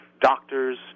doctors